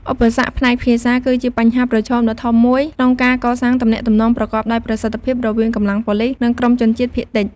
ឧបសគ្គផ្នែកភាសាគឺជាបញ្ហាប្រឈមដ៏ធំមួយក្នុងការកសាងទំនាក់ទំនងប្រកបដោយប្រសិទ្ធភាពរវាងកម្លាំងប៉ូលិស និងក្រុមជនជាតិភាគតិច។